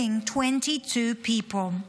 killing 22 people,